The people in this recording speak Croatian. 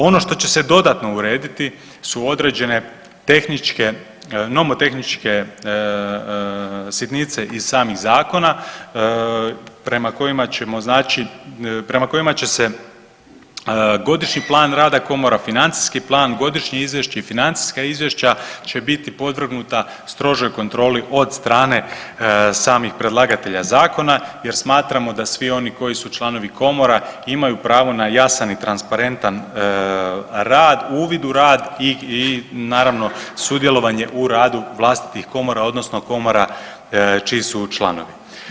Ono što će se dodatno urediti su određene tehničke, nomotehničke sitnice iz samih zakona prema kojima ćemo, znači, prema kojima će se godišnji plan rada komora, financijski plan, godišnje izvješće i financijska izvješća će biti podvrgnuta strožoj kontroli od strane samih predlagatelja zakona jer smatramo da svi oni koji su članovi komora imaju pravo na jasan i transparentan rad, uvid u rad i naravno, sudjelovanje u radu vlastitih komora, odnosno komora čiji su članovi.